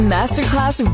Masterclass